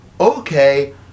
okay